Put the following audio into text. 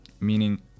meaning